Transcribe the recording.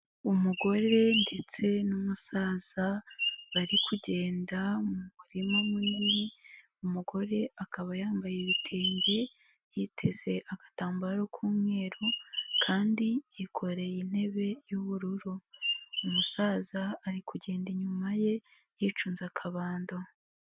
Umugore ndetse n'umusaza bari kugenda mu murima munini, umugore akaba yambaye ibitenge yiteze agatambaro k'umweru kandi yikoreye intebe y'ubururu, umusaza ari kugenda inyuma ye yicunze akabando.